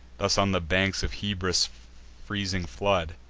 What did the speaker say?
thus, on the banks of hebrus' freezing flood,